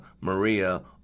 Maria